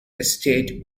estate